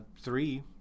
Three